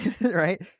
right